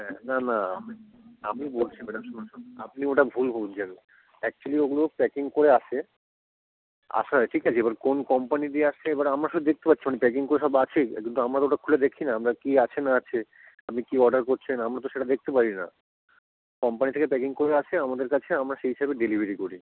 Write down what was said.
হ্যাঁ না না আমি আমি বলছি ম্যাডাম শুনুন শুনুন আপনি ওটা ভুল বুঝঝেন অ্যাকচুয়েলি ওগুলো প্যাকিং করে আসে আসায় ঠিক আছে এবার কোন কম্পানি দিয়ে আসছে এবার আমরা তো দেখতে পাচ্ছি না প্যাকিং করা সব আছে কিন্তু আমরা তো ওটা খুলে দেখি না আমরা কী আছে না আছে আপনি কী অর্ডার করছেন আমরা তো সেটা দেখতে পারি না কম্পানি থেকে প্যাকিং করে আসে আমাদের কাছে আমরা সেই হিসাবে ডেলিভারি করি